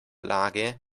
lage